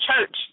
church